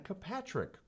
Patrick